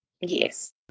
Yes